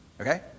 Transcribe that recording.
Okay